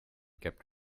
kept